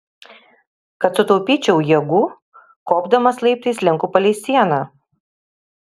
kad sutaupyčiau jėgų kopdamas laiptais slenku palei sieną